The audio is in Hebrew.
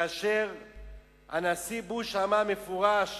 שבו הנשיא בוש אמר באופן מפורש